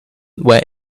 where